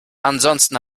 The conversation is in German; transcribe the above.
ansonsten